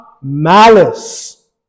malice